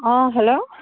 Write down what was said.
অঁ হেল্ল'